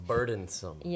Burdensome